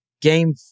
game